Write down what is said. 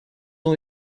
ont